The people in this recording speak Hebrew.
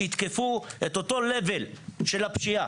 שיתקפו את אותו level של הפשיעה.